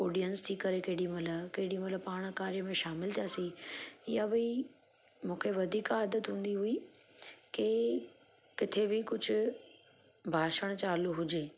audience थी करे केॾी महिल केॾी महिल पाणि कार्य में शामिल थी वियासीं या भई मूंखे वधीक आदत हूंदी हुई के किथे बि कुझु भाषण चालू हुजे